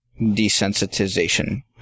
desensitization